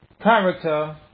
character